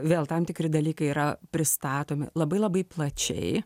vėl tam tikri dalykai yra pristatomi labai labai plačiai